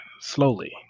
slowly